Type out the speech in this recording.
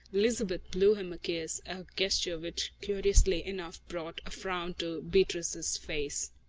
elizabeth blew him a kiss, a gesture which curiously enough brought a frown to beatrice's face.